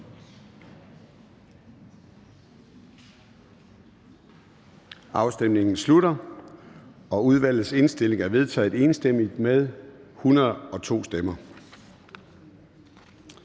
Afstemningen slutter. Udvalgets indstilling er vedtaget enstemmigt med 102 stemmer.